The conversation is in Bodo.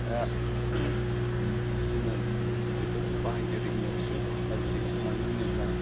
दा जोङो बेफोरखौ बाहायनो रोङिआवसो गाज्रि मानो होनोब्ला